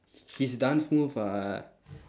his dances move are